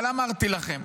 אבל אמרתי לכם.